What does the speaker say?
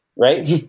right